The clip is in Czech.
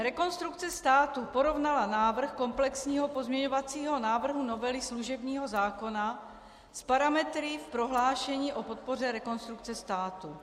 Rekonstrukce státu porovnala návrh komplexního pozměňovacího návrhu novely služebního zákona s parametry v prohlášení o podpoře Rekonstrukce státu.